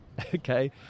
okay